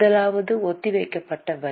முதலாவது ஒத்திவைக்கப்பட்ட வரி